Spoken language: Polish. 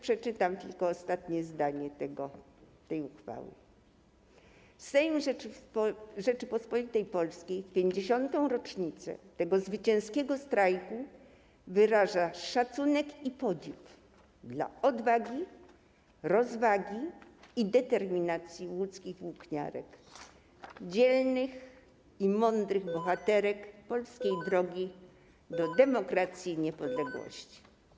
Przeczytam tylko ostatnie zdanie tej uchwały: „Sejm Rzeczypospolitej Polskiej w 50. rocznicę tego zwycięskiego strajku wyraża szacunek i podziw dla odwagi, rozwagi i determinacji łódzkich włókniarek - dzielnych i mądrych bohaterek polskiej drogi do demokracji i niepodległości”